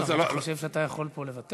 אתה חושב שאתה יכול פה לוותר?